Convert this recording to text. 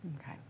Okay